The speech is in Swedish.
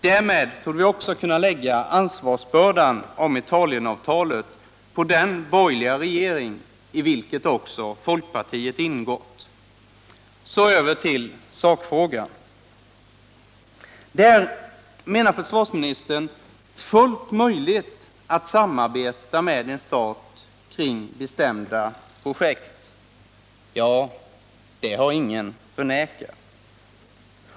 Därmed torde vi också kunna lägga ansvarsbördan när det gäller Italienavtalet på den borgerliga regering i vilken också folkpartiet ingått. Så över till sakfrågan. Det är, menar försvarsministern, fullt möjligt att samarbeta med en stat kring bestämda projekt. Ja, det har ingen förnekat.